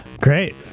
Great